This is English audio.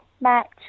match